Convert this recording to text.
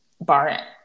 Bar